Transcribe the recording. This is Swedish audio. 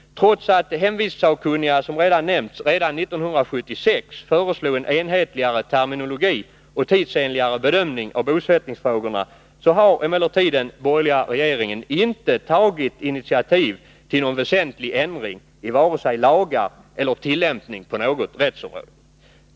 Trots att hemvistsakkunniga, som tidigare nämnts, redan 1976 föreslog en enhetligare terminologi och tidsenligare bedömning av bosättningsfrågorna har den borgerliga regeringen inte tagit initiativ till någon väsentlig ändring vare sig när det gäller lagar eller tillämpning på något rättsområde.